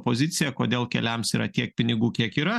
poziciją kodėl keliams yra tiek pinigų kiek yra